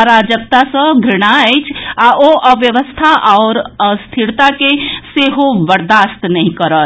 अराजकता सऽ घूणा अछि आ ओ अव्यवस्था आओर अस्थिरता के सेहो बर्दाश्त नहि करत